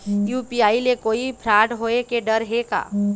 UPI ले कोई fraud होए के डर हे का?